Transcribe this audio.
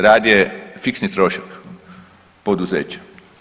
Rad je fiksni trošak poduzeća.